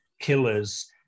killers